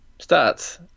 starts